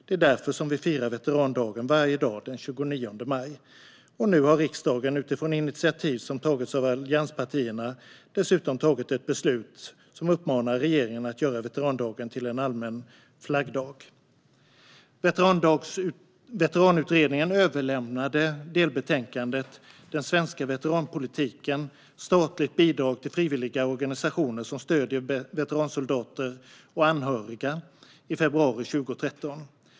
Det är därför som vi firar veterandagen varje år den 29 maj. Nu har riksdagen utifrån initiativ som tagits av allianspartierna dessutom tagit ett beslut som uppmanar regeringen att göra veterandagen till en allmän flaggdag. Veteranutredningen överlämnade delbetänkandet Den svenska veteranpolitiken - Statligt bidrag till frivilliga organisationer som stödjer veteransoldater och anhöriga i februari 2013.